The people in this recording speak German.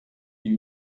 die